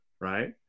right